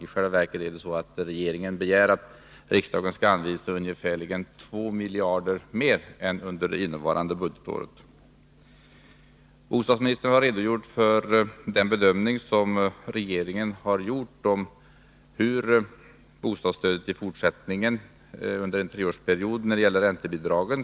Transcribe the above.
I själva verket begär regeringen att riksdagen skall anvisa ungefär 2 miljarder mer än under innevarande budgetår. Bostadsministern har redogjort för den bedömning som regeringen har gjort om hur bostadsstödet — den del som gäller räntebidrag — skall fördelas under den närmaste treårsperioden.